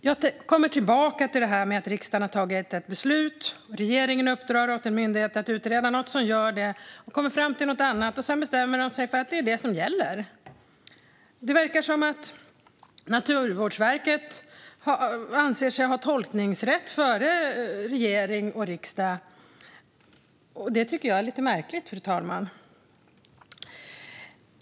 Jag kommer tillbaka till att riksdagen har fattat ett beslut. Regeringen uppdrar åt en myndighet att utreda något, och den gör det. Den kommer fram till något annat, och sedan bestämmer den sig för att det är vad som gäller. Det verkar som att Naturvårdsverket anser sig ha tolkningsrätt före regering och riksdag. Det tycker jag är lite märkligt, fru talman.